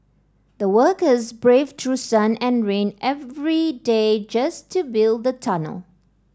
the workers braved through sun and rain every day just to build the tunnel